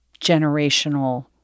generational